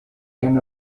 can